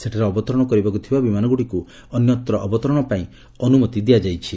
ସେଠାରେ ଅବତରଣ କରିବାକୁ ଥିବା ବିମାନଗୁଡ଼ିକୁ ଅନ୍ୟତ୍ର ଅବତରଣପାଇଁ ଅନୁମତି ଦିଆଯାଇଛି